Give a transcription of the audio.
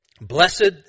Blessed